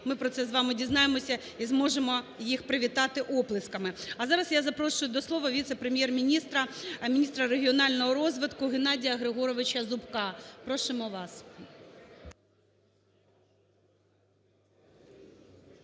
ми про це з вами дізнаємося і зможемо їх привітати оплесками. А зараз я запрошую до слова віце-прем'єр-міністра – міністра регіонального розвитку Геннадія Григоровича Зубка. Просимо вас.